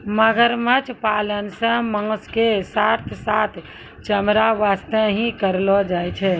मगरमच्छ पालन सॅ मांस के साथॅ साथॅ चमड़ा वास्तॅ ही करलो जाय छै